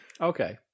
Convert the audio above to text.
Okay